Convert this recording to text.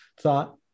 thought